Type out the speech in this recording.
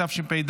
התשפ"ד